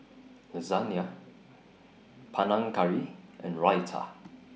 Lasagna Panang Curry and Raita